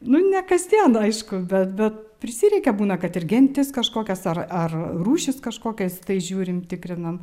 nu ne kasdien aišku bet bet prisireikia būna kad ir gentis kažkokias ar ar rūšys kažkokias tai žiūrim tikrinam